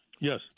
Yes